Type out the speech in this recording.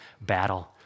battle